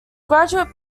graduate